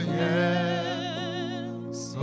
yes